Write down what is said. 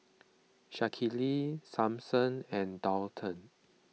Shaquille Samson and Daulton